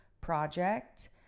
project